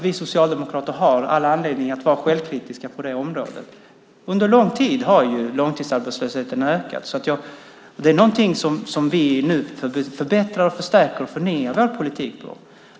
Vi socialdemokrater har all anledning att vara självkritiska på området. Långtidsarbetslösheten har ökat under lång tid. Det är ett område där vi i dag förstärker, förbättrar och förnyar vår politik.